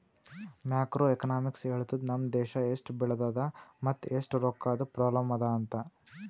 macro economics ಹೇಳ್ತುದ್ ನಮ್ ದೇಶಾ ಎಸ್ಟ್ ಬೆಳದದ ಮತ್ ಎಸ್ಟ್ ರೊಕ್ಕಾದು ಪ್ರಾಬ್ಲಂ ಅದಾ ಅಂತ್